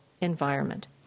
environment